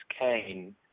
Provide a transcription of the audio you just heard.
Kane